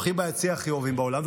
שהאורחים ביציע הכי אוהבים בעולם,